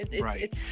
Right